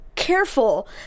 Careful